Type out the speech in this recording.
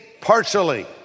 partially